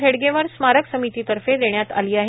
हेडगेवार स्मारक समितीतर्फे देण्यात आली आहे